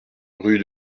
rue